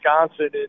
Wisconsin